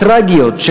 הטרגיות,